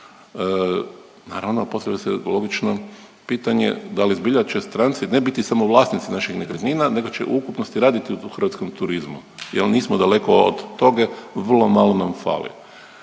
naravno, posebice logično pitanje da li zbilja će stranci, ne biti samo vlasnici naših nekretnina nego će u ukupnosti raditi u tu hrvatskom turizmu jer nismo daleko od toga, vrlo malo nam fali.